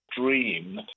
dream